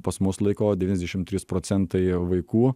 pas mus laiko devyniasdešimt trys procentai vaikų